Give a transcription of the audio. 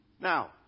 Now